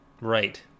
Right